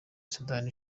sudani